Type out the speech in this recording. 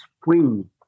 spring